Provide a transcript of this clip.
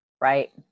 right